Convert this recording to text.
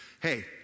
hey